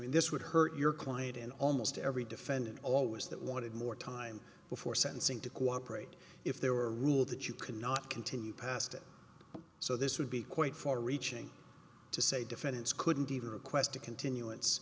mean this would hurt your client in almost every defendant always that wanted more time before sentencing to cooperate if there were rules that you cannot continue past it so this would be quite far reaching to say defendants couldn't even request a continu